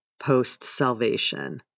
post-salvation